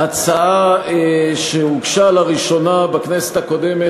הצעה שהוגשה לראשונה בכנסת הקודמת